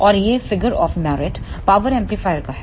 और यह figure of merit power amplifier का है